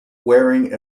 wearing